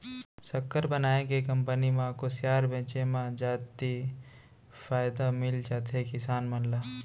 सक्कर बनाए के कंपनी म खुसियार बेचे म जादति फायदा मिल जाथे किसान मन ल